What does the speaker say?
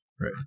Right